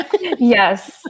Yes